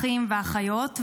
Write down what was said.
אחים ואחיות.